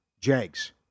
Jags